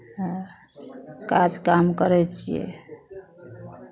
काज काम करै छियै